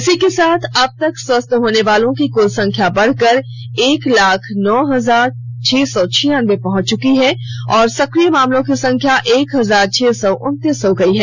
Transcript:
इसी के साथ अब तक स्वस्थ होनेवालों की कुल संख्या बढ़कर एक लाख नौ हजार छह सौ छियानबे पहुंच चुकी है और सक्रिय मामलों की संख्या एक हजार छह सौ उनतीस हो गई है